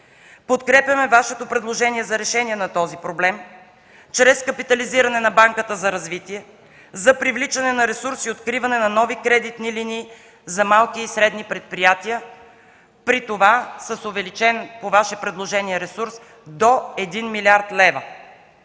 Подкрепяме Вашето предложение за решение на този проблем чрез капитализиране на Банката за развитие за привличане на ресурс и откриване на нови кредитни линии за малки и средни предприятия, при това с увеличен – по Ваше предложение, ресурс до 1 млрд. лв.